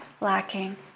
lacking